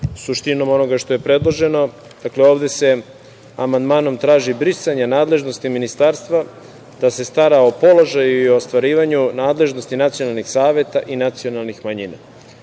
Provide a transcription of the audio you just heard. suštinom onoga što je predloženo. Dakle, ovde se amandmanom traži brisanje nadležnosti ministarstva koje se stara o položaju i ostvarivanju nadležnosti nacionalnih saveta i nacionalnih manjina.